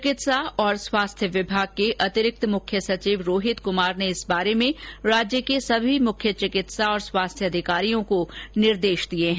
चिकित्सा और स्वास्थ्य विभाग के अतिरिक्त मुख्य सचिव रोहित कुमार ने इस बारे में राज्य के सभी मुख्य चिकित्सा और स्वास्थ्य अधिकारियों को निर्देश दिए हैं